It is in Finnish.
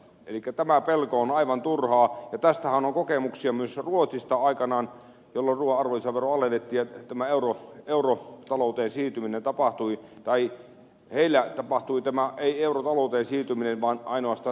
elikkä tämä pelko on aivan turhaa ja tästähän on kokemuksia myös ruotsista aikanaan kelloruoat ovat olleet ja tämä euro euro talouteen siirtyminen tapahtui kaikki neljä tapahtui tämä ei jolloin ruuan arvonlisävero alennettiin